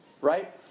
right